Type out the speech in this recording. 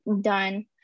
done